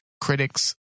critics